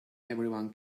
everyone